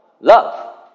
love